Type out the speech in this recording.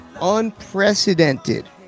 Unprecedented